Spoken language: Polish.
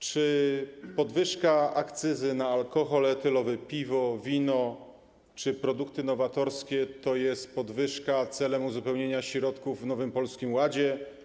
Czy podwyżka akcyzy na alkohol etylowy, piwo, wino czy produkty nowatorskie to jest podwyżka celem uzupełnienia środków w Nowym Polskim Ładzie?